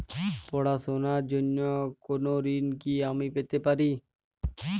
পড়াশোনা র জন্য কোনো ঋণ কি আমি পেতে পারি?